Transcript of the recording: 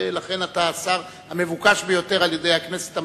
ולכן אתה השר המבוקש ביותר על-ידי הכנסת,